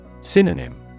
Synonym